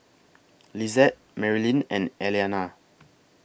Lisette Marylin and Elliana